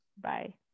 Bye